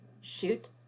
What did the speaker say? shoot